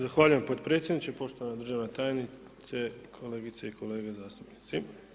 Zahvaljujem potpredsjedniče, poštovana državna tajnice kolegice i kolege zastupnici.